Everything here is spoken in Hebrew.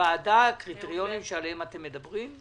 תוכל להביא לוועדה את הקריטריונים שעליהם אתם מדברים?